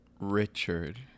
Richard